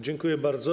Dziękuję bardzo.